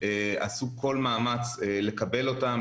עשו כל מאמץ לקבל אותם,